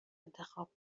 انتخاب